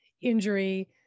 injury